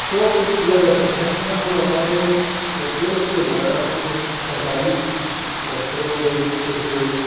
show किया जा सकता है हम हमारे डॉक्युमेंट्स के द्वारा हम हम सरकारी दफ़्तरों में उस